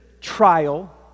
trial